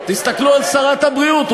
תסתכלו על שרת הבריאות,